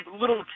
little